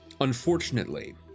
Unfortunately